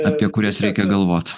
apie kurias reikia galvot